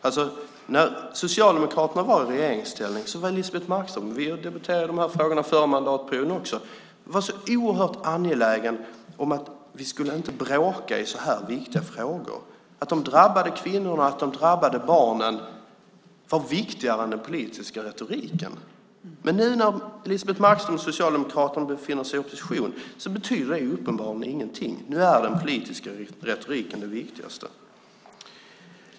När Socialdemokraterna var i regeringsställning var Elisebeht Markström - hon ville debattera de här frågorna förra mandatperioden också - oerhört angelägen om att vi inte skulle bråka i så här viktiga frågor. De drabbade kvinnorna, de drabbade barnen var viktigare än den politiska retoriken. Men när Elisebeht Markström och Socialdemokraterna befinner sig i opposition betyder det uppenbarligen ingenting. Nu är den politiska retoriken det viktigaste.